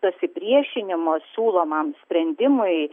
pasipriešinimo siūlomam sprendimui